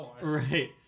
right